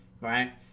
Right